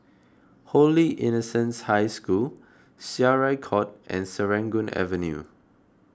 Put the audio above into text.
Holy Innocents' High School Syariah Court and Serangoon Avenue